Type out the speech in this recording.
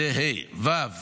ו.